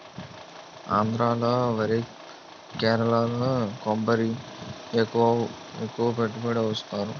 ఆంధ్రా లో వరి కేరళలో కొబ్బరి ఎక్కువపండిస్తారు